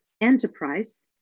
enterprise